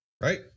right